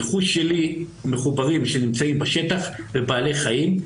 הרכוש שלי, מחוברים שנמצאים בשטח ובעלי חיים.